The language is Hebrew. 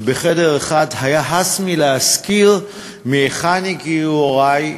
בחדר אחד היה הס מלהזכיר מהיכן הגיעו הורי,